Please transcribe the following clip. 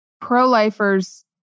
Pro-lifers